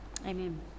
Amen